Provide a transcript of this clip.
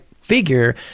figure